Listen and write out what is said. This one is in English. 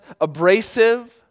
abrasive